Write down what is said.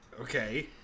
Okay